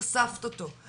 חשפת אותו.